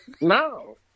No